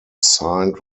signed